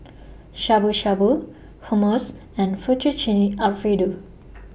Shabu Shabu Hummus and Fettuccine Alfredo